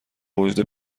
وجود